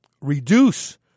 reduce